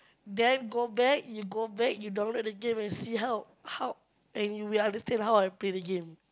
then go back you go back you download the game and see how how and you will understand how I play the game